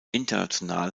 international